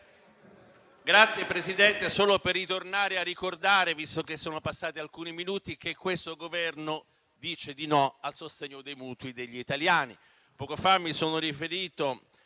Signora Presidente, torno a ricordare - visto che sono passati alcuni minuti - che questo Governo dice di no al sostegno ai mutui degli italiani.